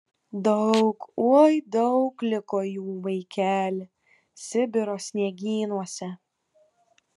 daug oi daug liko jų vaikeli sibiro sniegynuose